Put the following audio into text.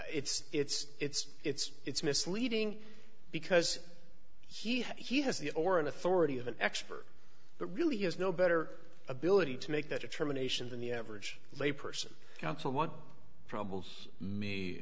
it's it's it's it's it's misleading because he has the or an authority of an expert that really has no better ability to make that determination than the average lay person counsel one probables me